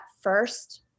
first